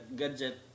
gadget